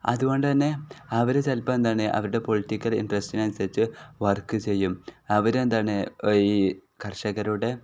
അതുകൊണ്ടു തന്നെ അവർ ചിലപ്പം എന്താണ് അവരുടെ പൊളിറ്റിക്കൽ ഇൻട്രസ്റ്റിനനുസരിച്ച് വർക്ക് ചെയ്യും അവരെ എന്താണ് ഈ കർഷകരുടെ